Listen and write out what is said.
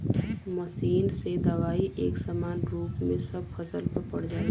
machine से दवाई एक समान रूप में सब फसल पे पड़ जाला